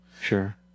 Sure